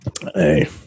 Hey